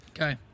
Okay